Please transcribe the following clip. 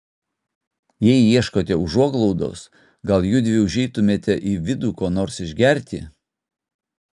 jei ieškote užuoglaudos gal judvi užeitumėte į vidų ko nors išgerti